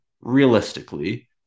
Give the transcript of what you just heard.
realistically